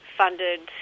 funded